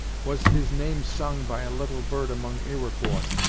was his name sung by a little bird among iroquois?